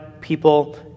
people